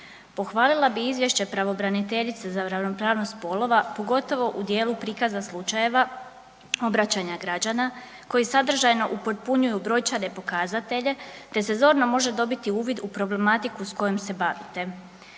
Pohvalila bi izvješće pravobraniteljice za ravnopravnost spolova, pogotovo u dijelu prikaza slučajeva obraćanja građana koji sadržajno upotpunjuju brojčane pokazatelje, te se zorno može dobiti uvid u problematiku s kojom se bavite.